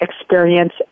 experience